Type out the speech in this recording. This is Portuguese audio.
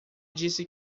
disse